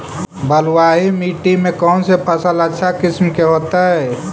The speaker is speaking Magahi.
बलुआही मिट्टी में कौन से फसल अच्छा किस्म के होतै?